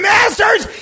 Masters